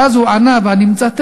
ואז הוא ענה, ואני מצטט: